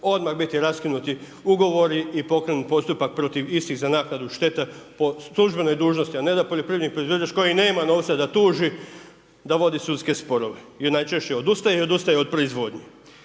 odmah biti raskinuti ugovori i pokrenuti postupak protiv istih za naknadu štete po službenoj dužnosti a ne poljoprivredni proizvođač koji nema novca da tuži, da vodi sudske sporove i najčešće odustaje i odustaje od proizvodnje.